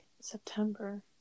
September